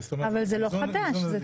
זה לא חדש.